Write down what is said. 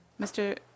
Mr